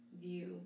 view